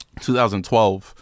2012